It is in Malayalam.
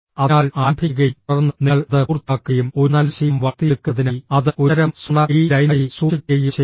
അതിനാൽ ആരംഭിക്കുകയും തുടർന്ന് നിങ്ങൾ അത് പൂർത്തിയാക്കുകയും ഒരു നല്ല ശീലം വളർത്തിയെടുക്കുന്നതിനായി അത് ഒരുതരം സ്വർണ്ണ കീ ലൈനായി സൂക്ഷിക്കുകയും ചെയ്യുക